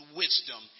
wisdom